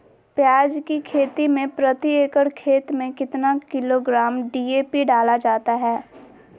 प्याज की खेती में प्रति एकड़ खेत में कितना किलोग्राम डी.ए.पी डाला जाता है?